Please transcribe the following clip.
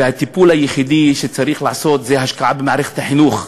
והטיפול היחידי שצריך לעשות זה השקעה במערכת החינוך.